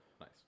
Nice